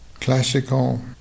classical